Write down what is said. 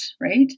right